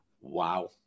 Wow